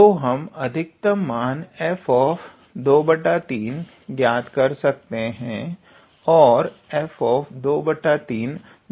तो हम अधिकतम मान 𝑓 ज्ञात कर सकते हैं और 𝑓 23 ही होगा